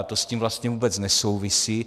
To s tím vlastně vůbec nesouvisí.